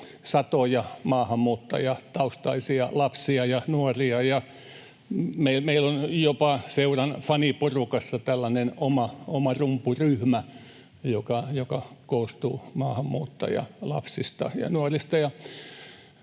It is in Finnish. satoja maahanmuuttajataustaisia lapsia ja nuoria, ja meillä on jopa seuran faniporukassa tällainen oma rumpuryhmä, joka koostuu maahanmuuttajalapsista ja nuorista,